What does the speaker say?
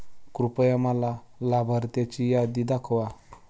कृपया मला लाभार्थ्यांची यादी दाखवा